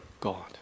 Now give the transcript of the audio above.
God